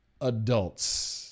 Adults